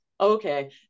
okay